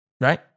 Right